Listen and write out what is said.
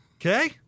Okay